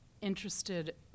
interested